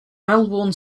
melbourne